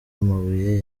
amabuye